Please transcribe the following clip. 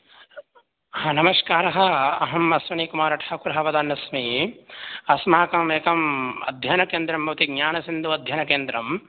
नमस्कारः अहम् अश्विनीकुमारठाकुरः वदन्नस्मि अस्माकम् एकम् अध्ययनकेन्द्रं भवति ज्ञानसिन्धु अध्ययनकेन्द्रं